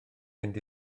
mynd